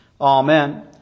Amen